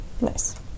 Nice